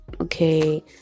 Okay